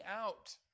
out